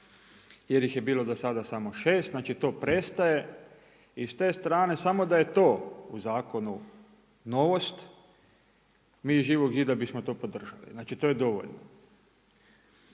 jer ih je bilo do sada samo šest, znači to prestaje i s te strane samo da je to u zakonu novost, mi iz Živog zida bismo to podržali, znači to je dovoljno.